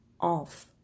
off